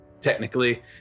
technically